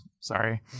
sorry